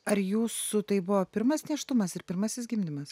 ar jūsų tai buvo pirmas nėštumas ir pirmasis gimdymas